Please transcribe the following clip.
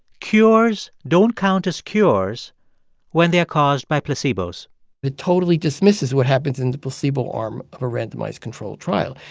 cures don't count as cures when they are caused by placebos it totally dismisses what happens in the placebo arm of a randomized controlled trial.